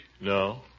No